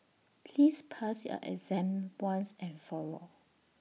please pass your exam once and for all